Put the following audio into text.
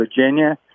Virginia